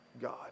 God